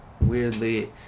weirdly